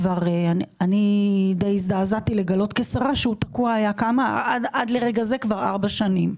כשרה אני די הזדעזעתי לגלות שהוא תקוע עד לרגע זה כבר ארבע שנים.